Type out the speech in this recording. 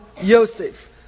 Yosef